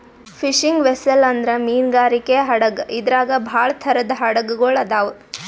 fishing vessel ಅಂದ್ರ ಮೀನ್ಗಾರಿಕೆ ಹಡಗ್ ಇದ್ರಾಗ್ ಭಾಳ್ ಥರದ್ ಹಡಗ್ ಗೊಳ್ ಅದಾವ್